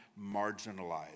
marginalized